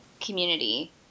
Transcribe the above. community